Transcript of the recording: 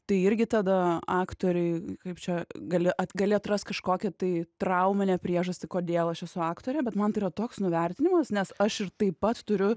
tai irgi tada aktoriai kaip čia gali gali atrast kažkokią tai trauminę priežastį kodėl aš esu aktorė bet man tai yra toks nuvertinimas nes aš ir taip pat turiu